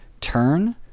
turn